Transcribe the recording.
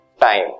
time